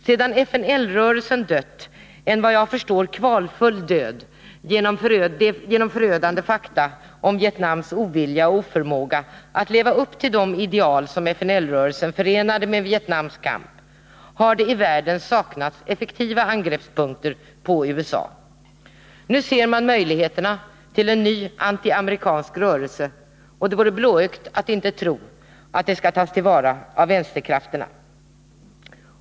Sedan FNL-rörelsen dött, såvitt jag förstår en kvalfull död, till följd av förödande fakta om Vietnams ovilja och oförmåga att leva upp till de ideal som FNL-rörelsen förenade med Vietnams kamp, har det i världen saknats effektiva möjligheter att angripa USA. Nu ser man en möjlighet till en ny antiamerikansk rörelse, och det vore blåögt att inte tro att den kommer att tas till vara av vänsterkrafterna.